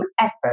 effort